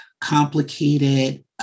complicated